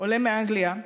עולה מאנגליה,